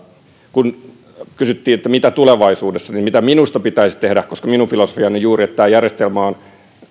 kun kysyttiin että mitä tulevaisuudessa niin se mitä minusta pitäisi tehdä koska minun filosofiani on että tämä järjestelmä on